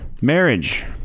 marriage